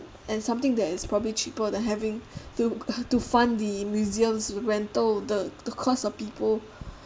and something that is probably cheaper than having to to fund the museums rental the the cost of people